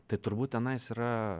tai turbūt tenais yra